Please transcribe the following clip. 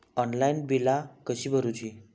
Online बिला कशी भरूची?